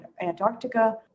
Antarctica